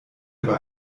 dabei